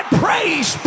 praise